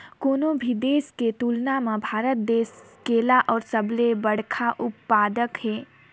कोनो भी देश के तुलना म भारत देश केला के सबले बड़खा उत्पादक हे